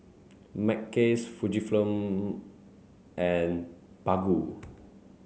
Mackays Fujifilm and Baggu